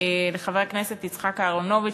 לחבר הכנסת יצחק אהרונוביץ,